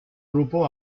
grupo